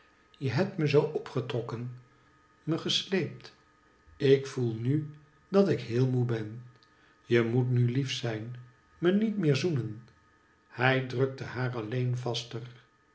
je hebt me zoo opgetrokken me gesleept ik voel nu dat ik heel moe ben je moet nu lief zijn me niet meer zoenen hij drukte haar alleen vaster